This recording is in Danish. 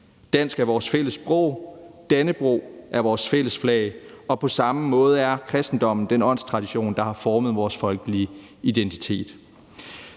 Dansk er vores fælles sprog. Dannebrog er vores fælles flag. Og på samme måde er kristendommen den åndstradition, der har formet vores folkelige identitet.